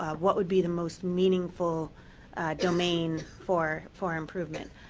what would be the most meaningful domain for for improvement.